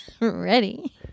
Ready